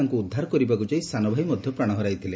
ତାଙ୍କୁ ଉଦ୍ଧାର କରିବାକୁ ଯାଇ ସାନ ଭାଇ ମଧ୍ଧ ପ୍ରାଣ ହରାଇଥିଲେ